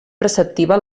preceptiva